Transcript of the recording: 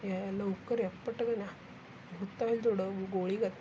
या या लवकर या पटकन या होता होईल तेवढं गोळीगत